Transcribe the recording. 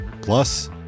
plus